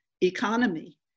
economy